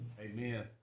Amen